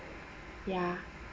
ya